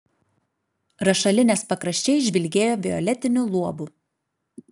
rašalinės pakraščiai žvilgėjo violetiniu luobu